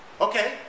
okay